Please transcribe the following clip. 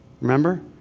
Remember